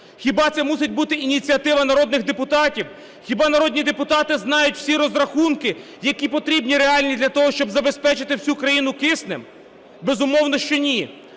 Хіба це мусить бути ініціатива народних депутатів? Хіба народні депутати знають всі розрахунки, які потрібні, реальні для того, щоб забезпечити всю країну киснем? Безумовно, що ні.